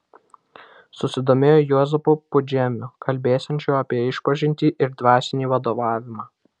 susidomėjo juozapu pudžemiu kalbėsiančiu apie išpažintį ir dvasinį vadovavimą